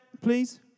please